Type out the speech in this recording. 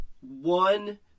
one